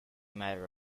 matter